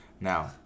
Now